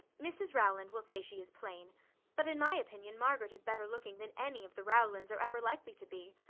mrs rowland will say she is plain but, in my opinion, margaret is better looking than any of the rowlands are ever likely to be.